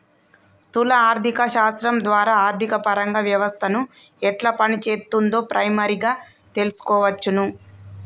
స్థూల ఆర్థిక శాస్త్రం ద్వారా ఆర్థికపరంగా వ్యవస్థను ఎట్లా పనిచేత్తుందో ప్రైమరీగా తెల్సుకోవచ్చును